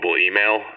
email